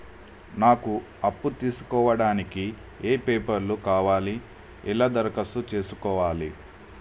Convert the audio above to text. నాకు అప్పు తీసుకోవడానికి ఏ పేపర్లు కావాలి ఎలా దరఖాస్తు చేసుకోవాలి?